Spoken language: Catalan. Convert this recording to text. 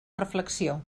reflexió